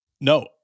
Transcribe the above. No